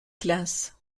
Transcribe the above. classes